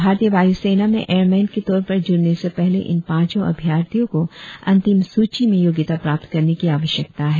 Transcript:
भारतीय वायु सेना में एयरमेन के तौर पर जुड़ने से पहले इन पांचों अभियार्थियों को अंतीम सूची में योग्यता प्राप्त करने की आवश्यकता है